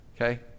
Okay